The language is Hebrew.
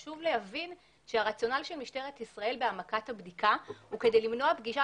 חשוב להבין שהרציונל של משטרת ישראל בהעמקת הבדיקה הוא כדי למנוע פגיעה